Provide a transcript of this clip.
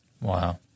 Wow